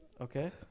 Okay